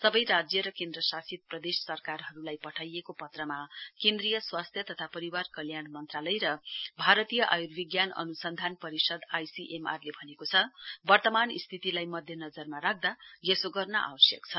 सबै राज्य र केन्द्रशासित प्रदेश सरकारहरूलाई पठाइएको पत्रमा केन्द्रीय स्वास्थ्य तथा परिवार कल्याण मन्त्रालय र भारतीय आयूर्विज्ञान अन्सन्धान परिषद आइसीएमआर ले भनेको छ वर्तमान स्थितिलाई मध्यनजरमा राख्यमा यसो गर्न आवश्यक छ